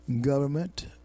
government